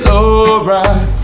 alright